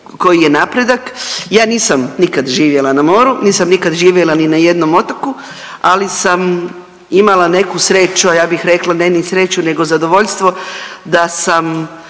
koji je napredak. Ja nisam nikad živjela na moru, nisam nikad živjela ni na jednom otoku, ali sam imala neku sreću, a ja bih rekla ne ni sreću nego zadovoljstvo da sam